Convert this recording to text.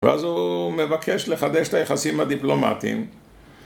ואז הוא מבקש לחדש את היחסים הדיפלומטיים